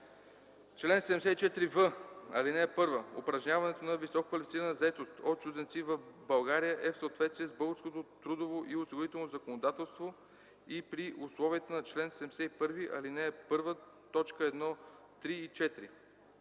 Чл. 74в. (1) Упражняването на висококвалифицирана заетост от чужденци в България е в съответствие с българското трудово и осигурително законодателство и при условията на чл. 71, ал. 1,